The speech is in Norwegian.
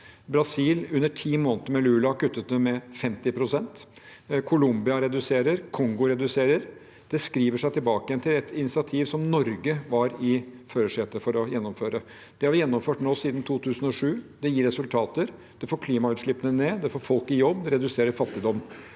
pst. under ti måneder med Lula. Colombia reduserer, Kongo reduserer. Det skriver seg tilbake til et initiativ som Norge var i førersetet for å gjennomføre. Det har vi gjennomført nå, siden 2007, og det gir resultater. Det får klimagassutslippene ned, det får folk i jobb, og det reduserer fattigdom.